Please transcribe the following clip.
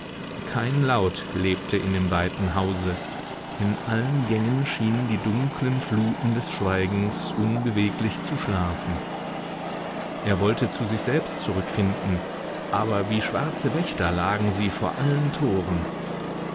kein laut lebte in dem weiten hause in allen gängen schienen die dunklen fluten des schweigens unbeweglich zu schlafen er wollte zu sich selbst zurückfinden aber wie schwarze wächter lagen sie vor allen toren